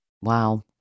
Wow